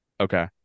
Okay